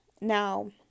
Now